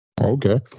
okay